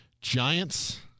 Giants